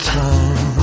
time